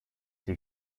die